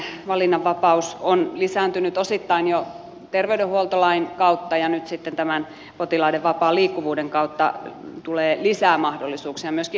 todellakin valinnanvapaus on lisääntynyt osittain jo terveydenhuoltolain kautta ja nyt sitten tämän potilaiden vapaan liikkuvuuden kautta tulee lisää mahdollisuuksia myöskin eurooppalaisella tasolla